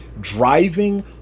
driving